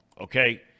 okay